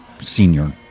senior